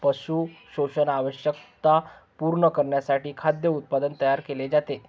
पशु पोषण आवश्यकता पूर्ण करण्यासाठी खाद्य उत्पादन तयार केले जाते